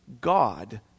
God